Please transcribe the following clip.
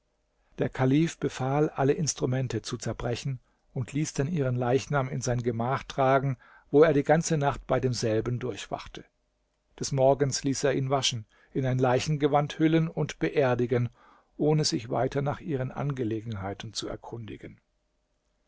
der kalif befahl alle instrumente zu zerbrechen und ließ dann ihren leichnam in sein gemach tragen wo er die ganze nacht bei demselben durchwachte des morgens ließ er ihn waschen in ein leichengewand hüllen und beerdigen ohne sich weiter nach ihren angelegenheiten zu erkundigen